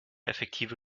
effektive